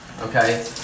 okay